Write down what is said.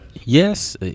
Yes